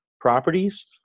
properties